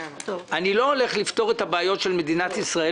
בדיון הזה אני לא הולך לפתור את הבעיות של מדינת ישראל.